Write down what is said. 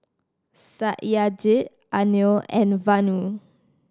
Satyajit Anil and Vanu